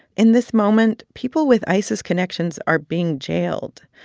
in this moment, people with isis connections are being jailed.